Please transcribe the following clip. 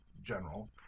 general